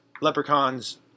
leprechauns